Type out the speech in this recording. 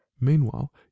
Meanwhile